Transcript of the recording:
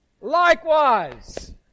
Likewise